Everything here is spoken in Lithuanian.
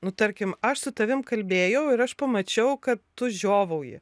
nu tarkim aš su tavim kalbėjau ir aš pamačiau kad tu žiovauji